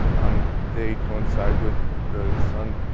um they coincide with the sun,